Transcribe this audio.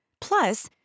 Plus